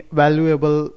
valuable